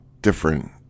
different